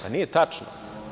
Nije tačno.